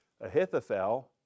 Ahithophel